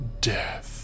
Death